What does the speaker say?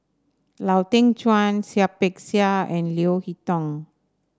Lau Teng Chuan Seah Peck Seah and Leo Hee Tong